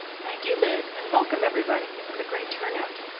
thank you, liz, and welcome everybody. this is a great turnout.